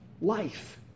life